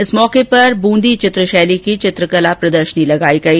इस मौके पर ब्रंदी चित्र शैली की चित्रकला प्रदर्शनी लगाई गई